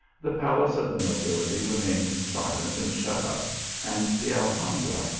the palaces of the nobility remained silent and shut up and the alhambra,